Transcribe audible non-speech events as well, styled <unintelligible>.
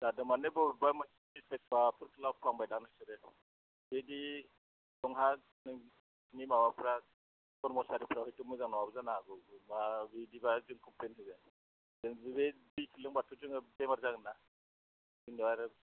जादो माने बबेबा <unintelligible> खालामबाय नामा नोंसोर बेफोरबायदि बहाबा दैनि माबाफ्रा कर्मसारिफ्राबो एसे मोजां नङाबो जानो हागौ होमब्ला बिदिब्ला जोंबो जोंबो बे दैखो लोंबाथ' जोङो बेमार जागोन ना जोङो आरो